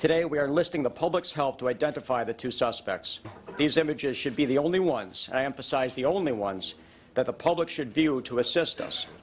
today we are listing the public's help to identify the two suspects but these images should be the only ones i am precise the only ones that the public should be able to assist us